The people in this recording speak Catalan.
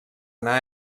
anar